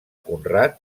conrad